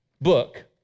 book